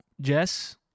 Jess